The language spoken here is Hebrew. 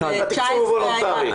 התקציב הוא וולונטרי.